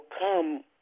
come